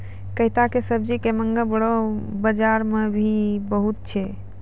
कैता के सब्जी के मांग बड़ो बाजार मॅ भी बहुत छै